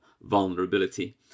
vulnerability